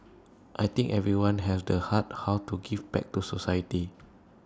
I think everyone has the heart how to give back to society